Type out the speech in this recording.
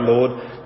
Lord